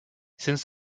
since